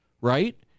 Right